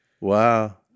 Wow